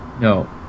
no